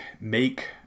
make